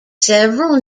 several